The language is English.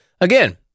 again